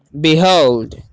behold